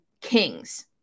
Kings